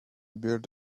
build